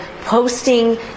posting